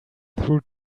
through